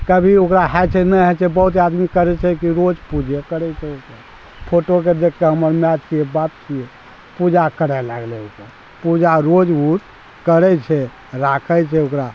कभी ओकरा होइ छै नहि होइ छै बहुत आदमी करै छै कि रोज पूजे करै छै ओकर फोटोके देख कऽ हमर मैआ छियै बाप छियै पूजा करै लागलै ओकर पूजा रोज ओ करै छै राखै छै ओकरा